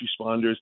responders